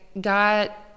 got